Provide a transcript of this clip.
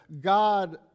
God